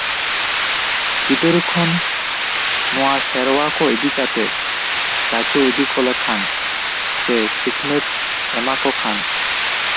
ᱜᱤᱫᱽᱨᱟᱹ ᱠᱷᱚᱱ ᱱᱚᱣᱟ ᱥᱮᱨᱣᱟ ᱠᱚ ᱤᱫᱤ ᱠᱟᱛᱮᱜ ᱪᱟᱪᱳ ᱤᱫᱤ ᱠᱚ ᱞᱮᱠᱷᱟᱱ ᱥᱮ ᱥᱤᱠᱷᱱᱟᱹᱛ ᱮᱢᱟ ᱠᱚ ᱠᱷᱟᱱ